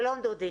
שלום, דודי.